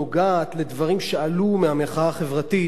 נוגעת לדברים שעלו מהמחאה החברתית.